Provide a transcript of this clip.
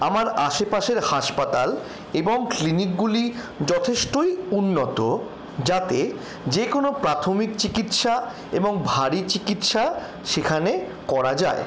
আমার আশেপাশের হাসপাতাল এবং ক্লিনিকগুলি যথেষ্টই উন্নত যাতে যে কোনো প্রাথমিক চিকিৎসা এবং ভারি চিকিৎসা সেখানে করা যায়